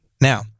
Now